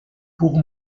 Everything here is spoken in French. pour